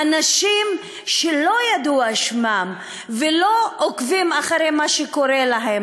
האנשים שלא ידוע שמם ולא עוקבים אחרי מה שקורה להם